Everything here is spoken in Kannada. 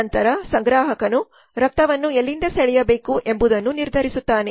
ನಂತರ ಸಂಗ್ರಾಹಕನು ರಕ್ತವನ್ನು ಎಲ್ಲಿಂದ ಸೆಳೆಯಬೇಕು ಎಂಬುದನ್ನು ನಿರ್ಧರಿಸುತ್ತಾನೆ